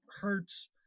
hurts